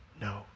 no